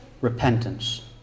repentance